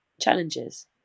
challenges